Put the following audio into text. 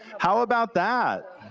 how about that?